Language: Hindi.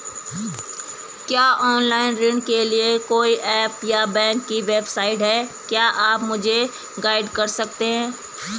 क्या ऑनलाइन ऋण के लिए कोई ऐप या बैंक की वेबसाइट है क्या आप मुझे गाइड कर सकते हैं?